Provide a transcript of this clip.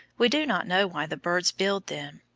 we do not know why the birds build them.